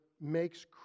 makes